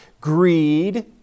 greed